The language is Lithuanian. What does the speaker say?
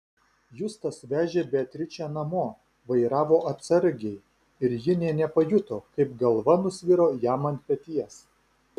justas vežė beatričę namo vairavo atsargiai ir ji nė nepajuto kaip galva nusviro jam ant peties